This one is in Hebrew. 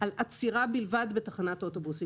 על עצירה בלבד בתחנת אוטובוס.